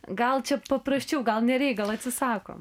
gal čia paprasčiau gal nereik gal atsisakome